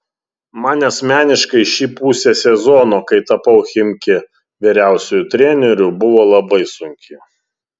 man asmeniškai ši pusė sezono kai tapau chimki vyriausiuoju treneriu buvo labai sunki